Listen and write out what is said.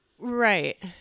Right